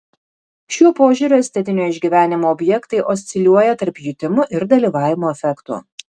šiuo požiūriu estetinio išgyvenimo objektai osciliuoja tarp jutimų ir dalyvavimo efektų